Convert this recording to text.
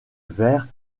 vers